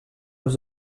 was